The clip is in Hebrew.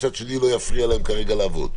ומצד שני לא יפריע להם כרגע לעבוד?